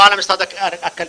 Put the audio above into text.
לא על משרד הכלכלה,